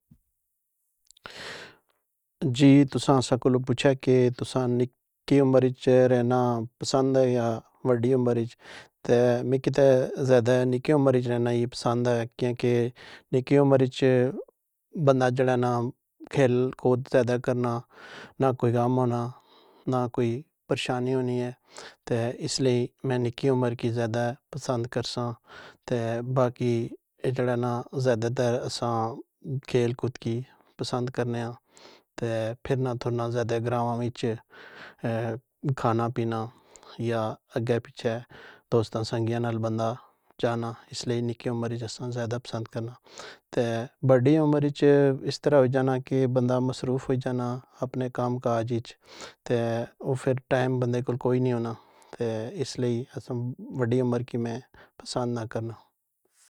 جی تساں اساں کولوں پو چھیا کہ تساں نکّی عمر اچ رہنا پسند اے یا وڈی عمراِچ, تہ مکی تہ زیادہ نکّی عمر اِچ رہنا ہی پسند ہے کیوں کہ نکّی عمر اچ بندہ جیڑا نا کھیل کود زیادہ کرنا, نہ کوئی غم ہونا نہ کوئی پریشانی ہونی اے تہ اس لئی میں نکّی عمر کی زیادہ پسند کرساں تہ باقی اے جیڑا نا زیادہ تر اساں کھیل کود کی پسند کرنے آں تہ پھرنا تھرنا زیادہ گراواں وِچ اے کھانا پینا یا اگّے پیچھے دوستاں سنگیاں نال بندہ جانا, اس لئی نکّی عمر اچ اساں زیادہ پسند کرنا, تہ بڈی عمر اچ اس طرح ہوئی جانا کہ بندہ مصروف ہوئی جانا اپنے کام کاج اچ تہ او فر ٹائم بندے کول کوئی نئ ہونا تہ اس لئی اساں وڈی عمر کی میں پسند نہ کرنا۔